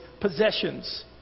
possessions